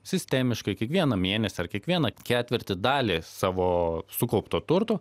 sistemiškai kiekvieną mėnesį ar kiekvieną ketvirtį dalį savo sukaupto turto